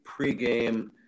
pregame